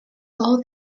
all